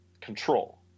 control